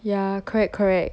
ya correct correct